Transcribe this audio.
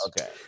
Okay